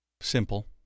Simple